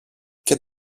και